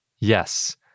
yes